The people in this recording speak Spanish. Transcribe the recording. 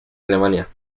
alemania